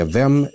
vem